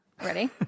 Ready